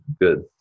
Good